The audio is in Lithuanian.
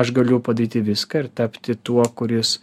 aš galiu padaryti viską ir tapti tuo kuris